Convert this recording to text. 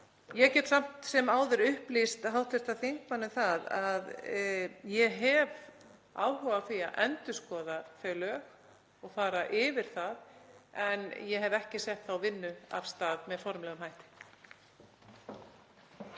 Ég get samt sem áður upplýst hv. þingmann um að ég hef áhuga á því að endurskoða þau lög og fara yfir það en ég hef ekki sett þá vinnu af stað með formlegum hætti.